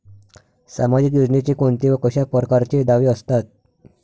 सामाजिक योजनेचे कोंते व कशा परकारचे दावे असतात?